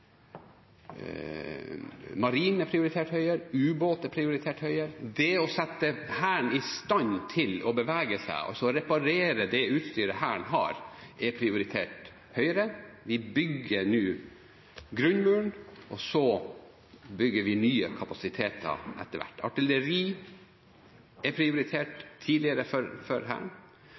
prioritert høyere, ubåter er prioritert høyere. Det å sette Hæren i stand til å bevege seg og å reparere det utstyret Hæren har, er prioritert høyere. Vi bygger nå grunnmuren, og så bygger vi nye kapasiteter etter hvert. Artilleri er prioritert tidligere for Hæren,